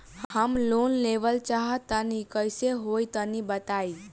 हम लोन लेवल चाहऽ तनि कइसे होई तनि बताई?